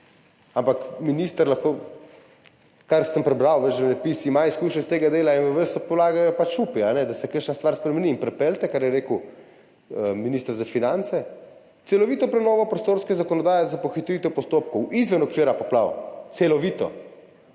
Ampak minister, kar sem prebral v življenjepisu, ima izkušnje iz tega dela, in v vas polagajo upi, da se kakšna stvar spremeni. In pripeljite, kar je rekel minister za finance, celovito prenovo prostorske zakonodaje za pohitritev postopkov izven okvira poplav. Celovito!